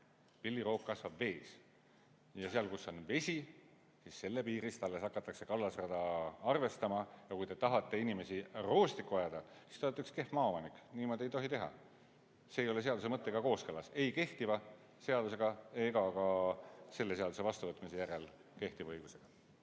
pilliroog kasvab vees. Alles sealt piirist, kus on vesi, hakatakse kallasrada arvestama. Kui te tahate inimesi roostikku ajada, siis te olete üks kehv maaomanik, niimoodi ei tohi teha. See ei ole seaduse mõttega kooskõlas, ei kehtiva seadusega ega ka selle seaduse vastuvõtmise järel kehtiva õigusega.